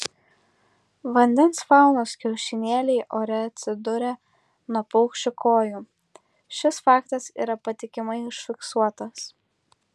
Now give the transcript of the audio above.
vandens faunos kiaušinėliai ore atsiduria nuo paukščių kojų šis faktas yra patikimai užfiksuotas